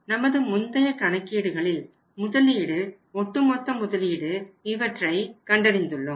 நமது முந்தைய கணக்கீடுகளில் முதலீடு ஒட்டுமொத்த முதலீடு இவற்றை கண்டறிந்துள்ளோம்